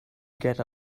get